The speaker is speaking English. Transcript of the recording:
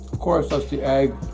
course that's the egg